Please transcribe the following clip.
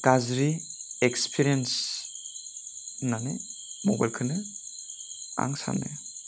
गाज्रि एक्सपीरियेन्स होन्नानै मबाइलखौनो आं सानो